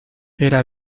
era